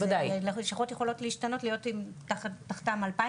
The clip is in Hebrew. לשכות יכולות להשתנות ושיהיו תחתם 2,000